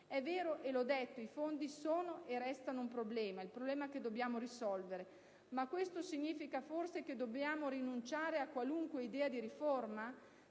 È vero e l'ho detto: i fondi sono e restano un problema che dobbiamo risolvere, ma questo significa forse che dobbiamo rinunciare a qualunque idea di riforma?